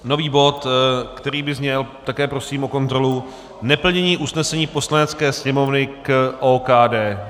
Nový bod, který by zněl, také prosím o kontrolu, Neplnění usnesení Poslanecké sněmovny k OKD.